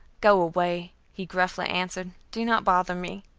go away, he gruffly answered, do not bother me.